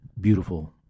Beautiful